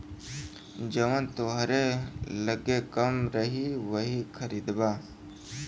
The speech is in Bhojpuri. जवन तोहरे लग्गे कम रही वही खरीदबा